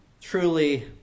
truly